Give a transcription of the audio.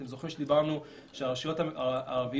אתם זוכרים שדיברנו שהרשויות הערביות,